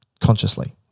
consciously